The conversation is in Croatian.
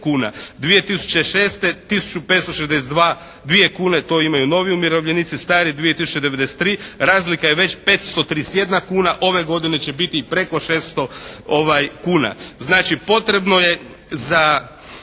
2006. tisuću 562 kune, to imaju novi umirovljenici. Stari 2 tisuće 93. Razlika je već 531 kuna. Ove godine će biti i preko 600 kuna. Znači potrebno je za